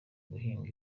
guhinga